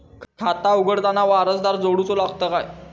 खाता उघडताना वारसदार जोडूचो लागता काय?